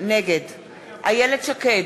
נגד איילת שקד,